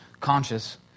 conscious